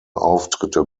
auftritte